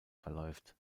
verläuft